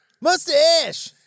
mustache